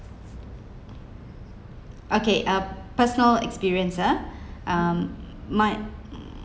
okay ah personal experience uh um my